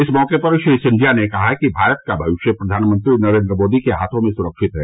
इस मौके पर श्री सिंधिया ने कहा कि भारत का भविष्य प्रधानमंत्री नरेन्द्र मोदी के हाथों में सुरक्षित है